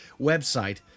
website